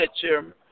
Chairman